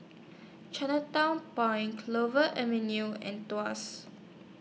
Chinatown Point Clover Avenue and Tuas